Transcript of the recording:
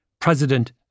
president